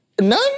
None